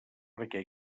perquè